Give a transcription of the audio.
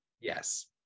yes